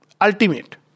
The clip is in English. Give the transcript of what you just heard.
Ultimate